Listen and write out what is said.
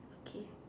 okay